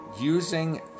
using